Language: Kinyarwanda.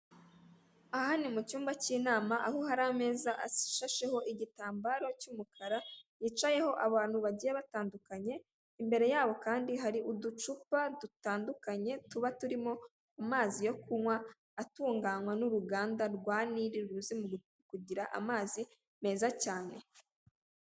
Aha ni mu cyumba cy'inama aho hari ameza ashasheho igitambo cy'umukara hicayeho abantu bagiye batandukanye, imbere yabo kandi hari uducupa dutandukanye tuba turimo amazi yo kunywa atunganywa n'uruganda rwa Nile ruzwimu kugira amazi meza cyane.